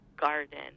garden